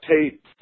tape